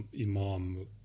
imam